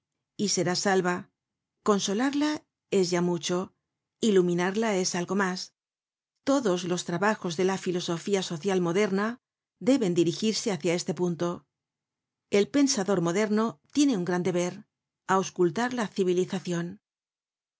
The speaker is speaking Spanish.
y será salva consolarla es ya mucho iluminarla es algo mas todos los trabajos de la filosofía social moderna deben dirigirse hácia este punto el pensador moderno tiene un gran deber auscultar la civilizacion